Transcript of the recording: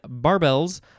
barbells